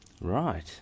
right